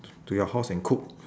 to your house and cook